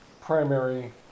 primary